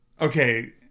Okay